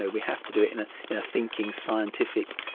ah we have to do it in ah in a thinking, scientific,